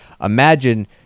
Imagine